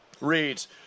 reads